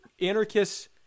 anarchists